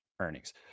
earnings